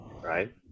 right